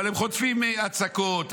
אבל הם חוטפים הצקות,